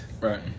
Right